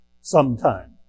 sometime